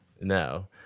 No